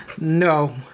No